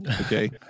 Okay